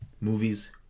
Movies